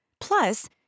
Plus